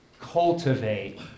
cultivate